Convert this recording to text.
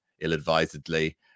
ill-advisedly